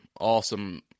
awesome